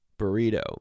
burrito